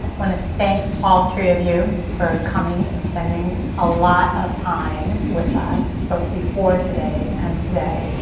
want to thank all three of you for coming and spending a lot of time with us. both before today and today.